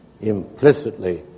implicitly